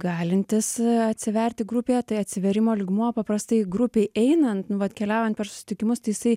galintys atsiverti grupėje tai atsivėrimo lygmuo paprastai grupėj einant nu vat keliaujant per susitikimus tai jisai